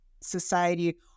society